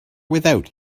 without